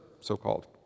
so-called